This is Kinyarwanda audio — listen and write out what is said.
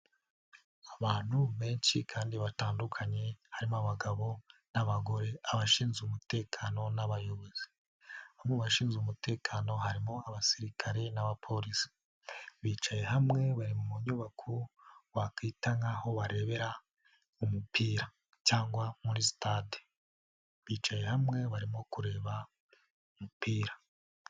Abantu benshi kandi batandukanye, harimo abagabo n'abagore abashinzwe umutekano n'abayobozi. Mu bashinzwe umutekano harimo abasirikare n'abapolisi, bicaye hamwe bari mu nyubako wakwita nk'aho barebera umupira cyangwa muri sitade. Bicaye hamwe barimo kureba umupira.